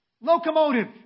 locomotive